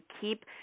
keep